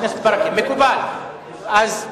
עשרה ימים.